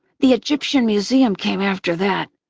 the egyptian museum came after that,